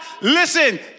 Listen